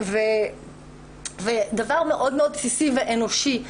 דבר מאוד בסיסי ואנושי,